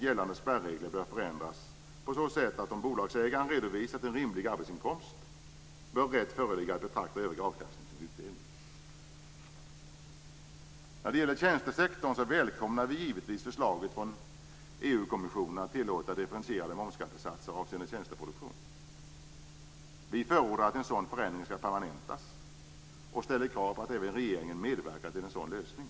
Gällande spärregler bör förändras på så sätt att om bolagsägaren redovisat en rimlig arbetsinkomst bör rätt föreligga att betrakta övrig avkastning som utdelning. När det gäller tjänstesektorn välkomnar vi moderater givetvis förslaget från EU-kommissionen att tillåta differentierade momsskattesatser avseende tjänsteproduktion. Vi förordar att en sådan förändring skall permanentas och ställer krav på att även regeringen medverkar till en sådan lösning.